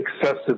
excessive